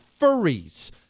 furries